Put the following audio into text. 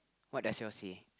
what does yours say